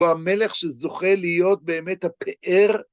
והמלך שזוכה להיות באמת הפאר